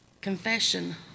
confession